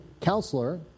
counselor